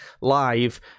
live